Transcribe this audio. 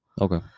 Okay